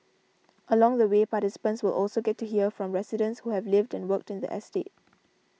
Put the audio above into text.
along the way participants will also get to hear from residents who have lived and worked in the estate